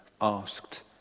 asked